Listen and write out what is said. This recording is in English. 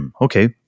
okay